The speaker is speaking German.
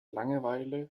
langeweile